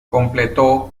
completó